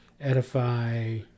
edify